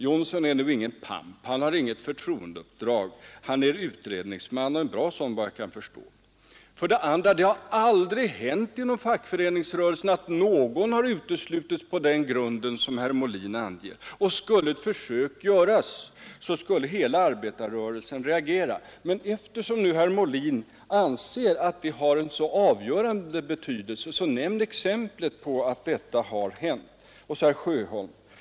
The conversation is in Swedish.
Jonsson är för det första ingen pamp, han har inget förtroendeuppdrag — han är utredningsman och en bra sådan, efter vad jag kan förstå. Det har för det andra aldrig hänt inom fackföreningsrörelsen att någon uteslutits på den grund som herr Molin anger, och skulle något försök göras, så skulle hela arbetarrörelsen reagera. Men eftersom herr Molin anser att det har en så avgörande betydelse, så nämn något fall där detta har hänt!